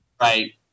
Right